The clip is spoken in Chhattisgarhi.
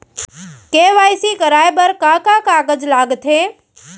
के.वाई.सी कराये बर का का कागज लागथे?